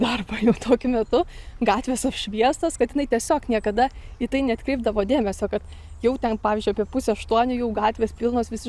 darbą jau tokiu metu gatvės apšviestos kad jinai tiesiog niekada į tai neatkreipdavo dėmesio kad jau ten pavyzdžiui apie pusę aštuonių jau gatvės pilnos visi